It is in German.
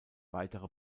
weitere